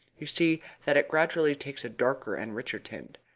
you see that it gradually takes a darker and richer tint.